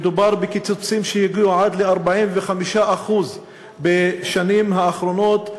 מדובר בקיצוצים שהגיעו עד ל-45% בשנים האחרונות.